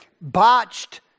botched